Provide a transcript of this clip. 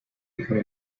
become